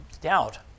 doubt